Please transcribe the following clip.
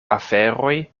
aferoj